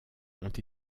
ont